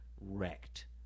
wrecked